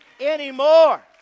anymore